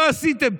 לא עשיתם.